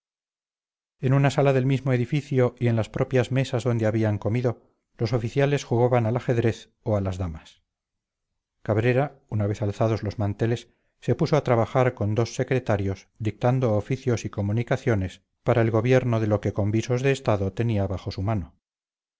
en una sala del mismo edificio y en las propias mesas donde habían comido los oficiales jugaban al ajedrez o las damas cabrera una vez alzados los manteles se puso a trabajar con dos secretarios dictando oficios y comunicaciones para el gobierno de lo que con visos de estado tenía bajo su mano